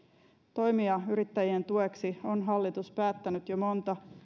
toimia yrittäjien tueksi on hallitus päättänyt jo monta